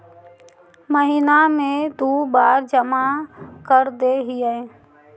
महिना मे दु बार जमा करदेहिय?